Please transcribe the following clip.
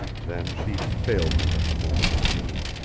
then she had failed him at the moment of need.